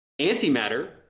Antimatter